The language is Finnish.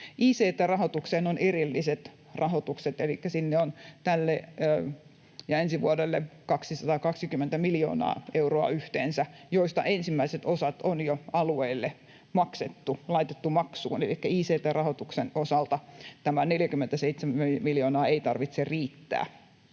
Ict-rahoitukseen on erilliset rahoitukset, elikkä sinne on tälle ja ensi vuodelle 220 miljoonaa euroa yhteensä, joista ensimmäiset osat on jo alueille maksettu, laitettu maksuun. Elikkä ict-rahoituksen osalta tämä 47 miljoonaa ei tarvitse riittää.